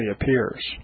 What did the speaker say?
appears